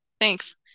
thanks